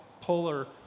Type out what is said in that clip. polar